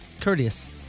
courteous